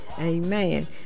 Amen